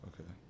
Okay